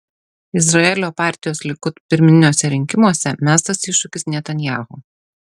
izraelio partijos likud pirminiuose rinkimuose mestas iššūkis netanyahu